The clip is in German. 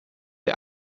der